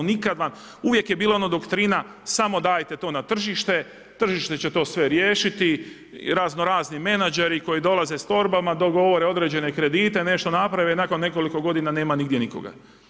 Nikad vam, uvijek je bila ono doktrina samo dajte to na tržište, tržište će to sve riješiti, razno razni menađeri koji dolaze s torbama dogovore određene kredite, nešto naprave, nakon nekoliko godina nema nigdje nikoga.